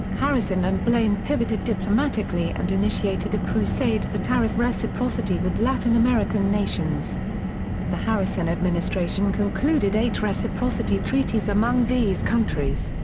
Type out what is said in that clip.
harrison and blaine pivoted diplomatically and initiated a crusade for tariff reciprocity with latin american nations the harrison administration concluded eight reciprocity treaties among these countries.